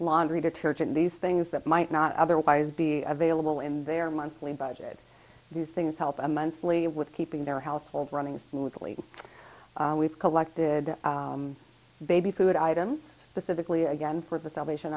laundry detergent these things that might not otherwise be available in their monthly budget these things help immensely with keeping their household running smoothly we've collected baby food items specifically again for the salvation